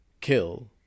kill